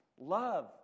Love